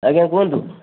ଆଜ୍ଞା କୁହନ୍ତୁ